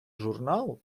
журнал